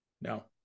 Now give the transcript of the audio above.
No